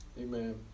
Amen